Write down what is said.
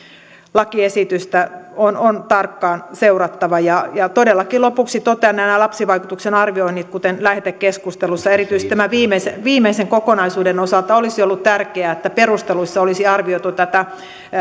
lakiesitystä on on tarkkaan seurattava todellakin lopuksi totean lapsivaikutusten arvioinneista kuten lähetekeskustelussa että erityisesti tämän viimeisen kokonaisuuden osalta olisi ollut tärkeää että perusteluissa olisi arvioitu